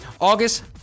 August